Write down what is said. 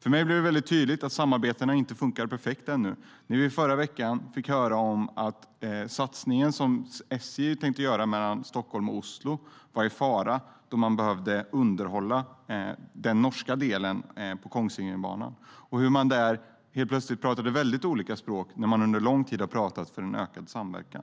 För mig blev det väldigt tydligt att samarbetena ännu inte funkar perfekt när vi förra veckan fick höra att satsningen som SJ tänkte göra mellan Stockholm och Oslo var i fara, då man behövde underhålla Kongsvingerbanan på den norska sidan. Helt plötsligt pratade man väldigt olika språk efter att under lång tid ha talat för ökad samverkan.